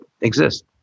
exist